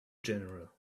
general